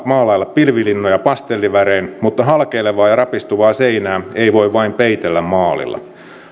maalailla pilvilinnoja pastellivärein mutta halkeilevaa ja rapistuvaa seinää ei voi vain peitellä maalilla